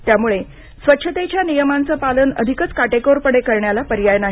त्यामुळे स्वच्छतेच्या नियमांचं पालन अधिकच काटेकोरपणे करण्याला पर्याय नाही